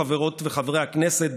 חברות וחברי הכנסת,